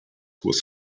was